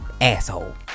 asshole